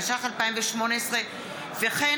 התשע"ח 2018. כמו כן,